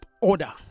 order